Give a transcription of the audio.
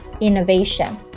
innovation